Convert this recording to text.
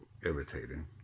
irritating